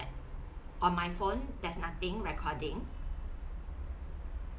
on my phone there's nothing recording